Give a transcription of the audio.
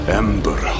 ember